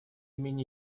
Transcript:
имени